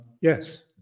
Yes